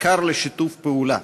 וכר לשיתוף פעולה,